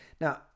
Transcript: now